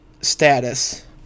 status